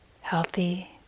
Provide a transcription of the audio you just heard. healthy